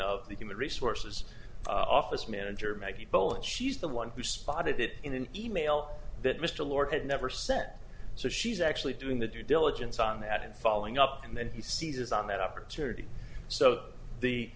of the human resources office manager maybe both she's the one who spotted it in an e mail that mr lord had never set so she's actually doing the due diligence on that and following up and he seizes on that opportunity so the